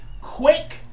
Quick